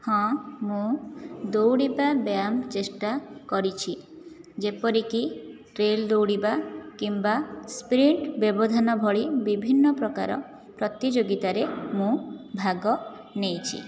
ହଁ ମୁଁ ଦୌଡ଼ିବା ବ୍ୟାୟାମ ଚେଷ୍ଟା କରିଛି ଯେପରିକି ଟ୍ରେଲ ଦୌଡ଼ିବା କିମ୍ବା ସ୍ପ୍ରିଣ୍ଟ ବ୍ୟବଧାନ ଭଳି ବିଭିନ୍ନ ପ୍ରକାର ପ୍ରତିଯୋଗିତାରେ ମୁଁ ଭାଗ ନେଇଛି